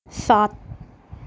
سات